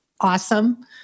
awesome